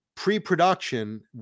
pre-production